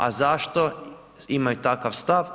A zašto imaju takav stav?